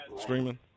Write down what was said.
streaming